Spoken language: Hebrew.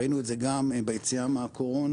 ראינו את זה גם ביציאה מהקורונה,